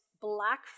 Black